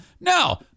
No